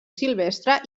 silvestre